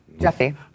Jeffy